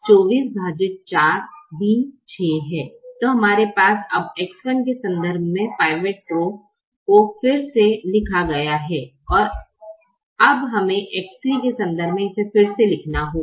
तो हमारे पास अब X1 के संदर्भ में पिवट रो को फिर से लिखा गया है अब हमें X3 के संदर्भ में इसे फिर से लिखना होगा